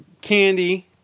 Candy